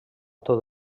tot